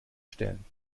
stellen